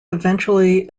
eventually